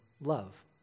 love